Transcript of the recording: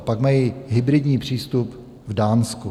Pak mají hybridní přístup v Dánsku.